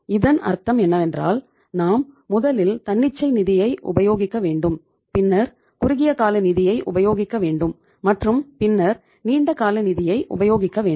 இதன் அர்த்தம் என்னவென்றால் நாம் முதலில் தன்னிச்சை நிதியை உபயோகிக்க வேண்டும் பின்னர் குறுகிய கால நிதியை உபயோகிக்கவேண்டும் மற்றும் பின்னர் நீண்ட கால நிதியை உபயோகிக்கவேண்டும்